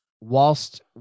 whilst